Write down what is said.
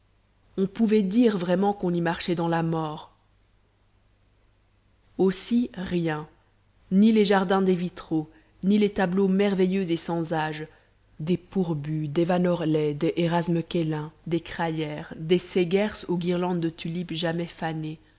on pouvait dire vraiment qu'on y marchait dans la mort aussi rien ni les jardins des vitraux ni les tableaux merveilleux et sans âge des fourbus des van orley des érasme quellyn des crayer des seghers aux guirlandes de tulipes jamais fanées ne